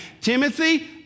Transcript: Timothy